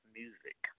music